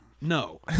No